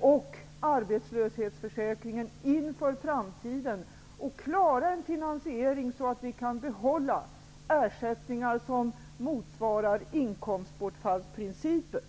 och arbetslöshetsförsäkringen inför framtiden. Finansieringen skall klaras så att vi kan behålla ersättningar som motsvarar inkomstbortfallsprincipen.